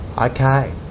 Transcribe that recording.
Okay